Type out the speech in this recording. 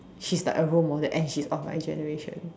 she's like a role model and she's of my generation